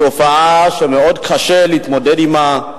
תופעה שמאוד קשה להתמודד עמה,